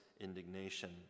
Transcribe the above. indignation